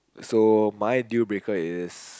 so my dealbreaker is